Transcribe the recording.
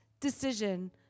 decision